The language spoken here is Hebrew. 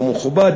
ומכובד,